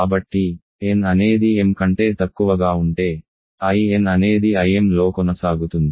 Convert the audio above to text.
కాబట్టి n అనేది m కంటే తక్కువగా ఉంటే In అనేది Imలో కొనసాగుతుంది